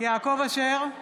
יעקב אשר,